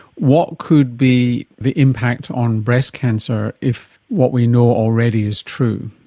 what could be the impact on breast cancer if what we know already is true?